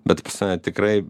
bet pas mane tikrai